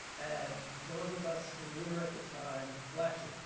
and those of us who knew her at the time, well actually,